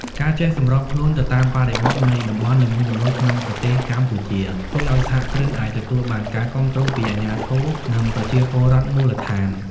ការចេះសម្របខ្លួនទៅតាមបរិបទនៃតំបន់នីមួយៗក្នុងប្រទេសកម្ពុជា ជួយឱ្យសហគ្រិនអាចទទួលបានការគាំទ្រពីអាជ្ញាធរ និងប្រជាពលរដ្ឋមូលដ្ឋាន។